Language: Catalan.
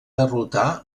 derrotar